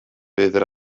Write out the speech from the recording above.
byddai